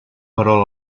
però